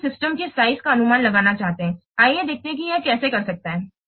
अब हम सिस्टम के साइज का अनुमान लगाना चाहते हैं आइए देखें कि यह कैसे कर सकता है